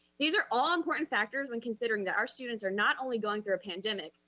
these are all important factors when considering that our students are not only going through a pandemic,